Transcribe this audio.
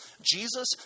Jesus